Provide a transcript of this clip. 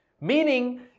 Meaning